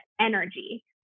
energy